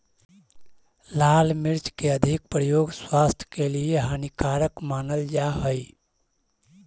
लाल मिर्च के अधिक प्रयोग स्वास्थ्य के लिए हानिकारक मानल जा हइ